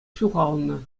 ҫухалнӑ